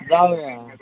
जाऊया